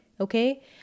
Okay